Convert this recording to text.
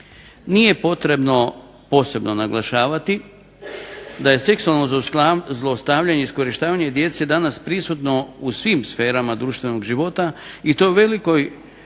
Nije potrebno posebno naglašavati da je seksualno zlostavljanje i iskorištavanje djece danas prisutno u svim sferama društvenog života i to u velikoj